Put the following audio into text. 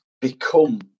become